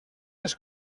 les